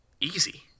easy